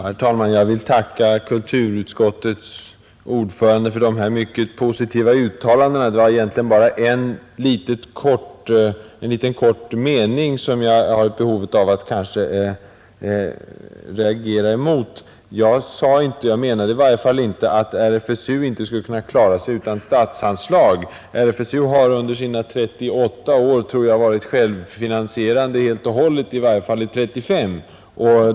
Herr talman! Jag vill tacka kulturutskottets ordförande för dessa mycket positiva uttalanden. Det var egentligen bara en liten kort mening som jag har behov av att reagera mot. Jag sade inte — jag menade i varje fall inte — att RFSU inte skulle kunna klara sig utan statsanslag. RFSU har under sina 38 år varit självfinansierande helt och hållet i varje fall i 35 år.